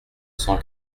cent